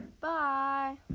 bye